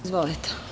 Izvolite.